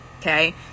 Okay